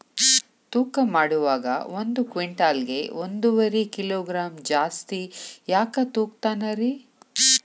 ತೂಕಮಾಡುವಾಗ ಒಂದು ಕ್ವಿಂಟಾಲ್ ಗೆ ಒಂದುವರಿ ಕಿಲೋಗ್ರಾಂ ಜಾಸ್ತಿ ಯಾಕ ತೂಗ್ತಾನ ರೇ?